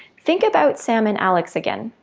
think about sam and alex again.